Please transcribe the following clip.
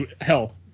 Hell